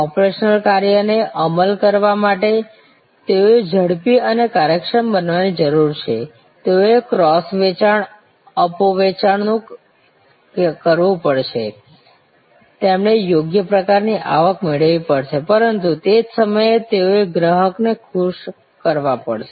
operational કાર્ય ને અમલ કરવા માટે તેઓએ ઝડપી અને કાર્યક્ષમ બનવાની જરૂર છે તેઓએ ક્રોસ વેચાણ અપ વેચાણ કરવું પડશે તેમને યોગ્ય પ્રકારની આવક મેળવવી પડશે પરંતુ તે જ સમયે તેઓએ ગ્રાહકને ખુશ કરવા પડશે